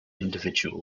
individual